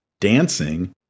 dancing